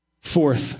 Fourth